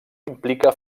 implica